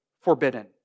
forbidden